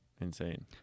Insane